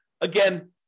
Again